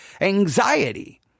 anxiety